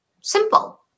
simple